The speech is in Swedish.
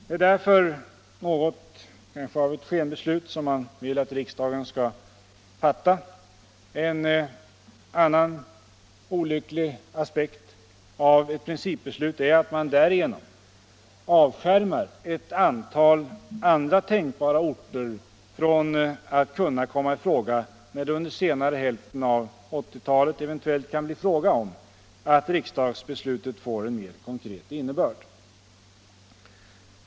Det är därför något av ett skenbeslut som man vill att riksdagen skall fatta. En annan olycklig konsekvens av ett principbeslut är att man därigenom avskärmar ett antal andra tänkbara orter från att kunna komma i fråga när det under senare hälften av 1980-talet eventuellt kan bli fråga om att riksdagsbeslutet får en mer konkret innebörd.